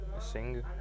sing